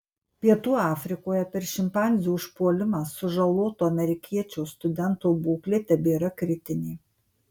pietų afrikoje per šimpanzių užpuolimą sužaloto amerikiečio studento būklė tebėra kritinė